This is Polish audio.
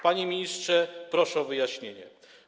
Panie ministrze, proszę o wyjaśnienie.